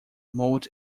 motte